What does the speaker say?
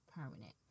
permanent